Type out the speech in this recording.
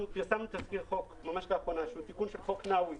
ממש לאחרונה אנחנו פרסמנו תזכיר חוק שהוא תיקון של חוק נאווי